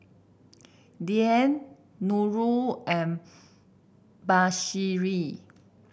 Dian Nurul and Mahsuri